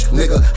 nigga